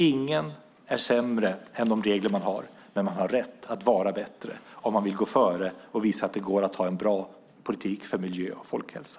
Där är ingen sämre än de regler som finns, men man har rätt att vara bättre om man vill gå före och visa att det går att ha en bra politik för miljö och folkhälsa.